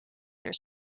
their